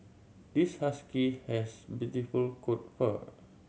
this husky has beautiful coat fur